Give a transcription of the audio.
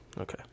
Okay